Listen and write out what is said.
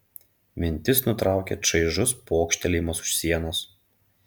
mintis nutraukė čaižus pokštelėjimas už sienos